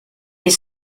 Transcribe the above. est